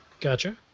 Gotcha